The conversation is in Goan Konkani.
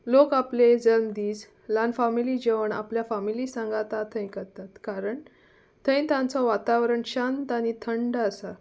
लोक आपले जल्म दीस ल्हान फामिली जेवण आपल्या फामिली सांगात थंय करतात कारण थंय तांचो वातावरण शांत आनी थंड आसा